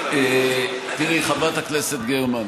תראי, חברת הכנסת גרמן,